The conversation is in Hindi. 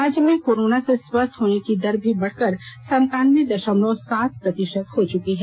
राज्य में कोरोना से स्वस्थ होने की दर भी बढ़कर संतान्बे दशमलव सात प्रतिशत हो चुकी है